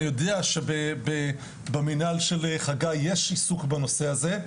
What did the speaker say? אני יודע שבמינהל של חגי יש עיסוק בנושא הזה.